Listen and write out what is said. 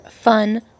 fun